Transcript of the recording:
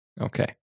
Okay